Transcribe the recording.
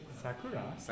Sakura